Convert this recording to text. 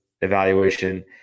evaluation